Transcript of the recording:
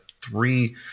three